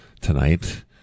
tonight